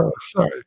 Sorry